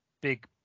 big